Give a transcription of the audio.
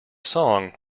song